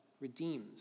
redeems